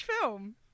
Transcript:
film